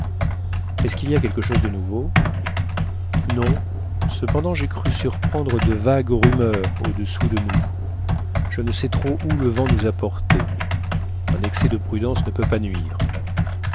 est-ce qu'il y a quelque chose de nouveau non cependant j'ai cru surprendre de vagues rumeurs au-dessous de nous je ne sais trop où le vent nous a portés un excès de prudence ne peut pas nuire